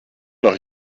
noch